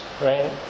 right